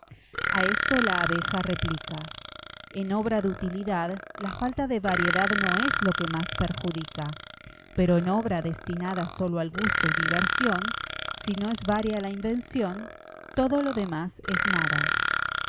a esto la abeja replica en obra de utilidad la falta de variedad no es lo que más perjudica pero en obra destinada sólo al gusto y diversión si no es varia la invención todo lo demás es nada